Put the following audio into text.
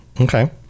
okay